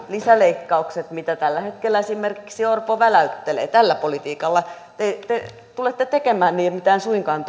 lisäleikkaukset joita tällä hetkellä esimerkiksi orpo väläyttelee tällä politiikalla te te tulette tekemään niin mitä en suinkaan